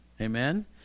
Amen